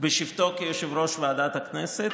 בשבתו כיושב-ראש ועדת הכנסת.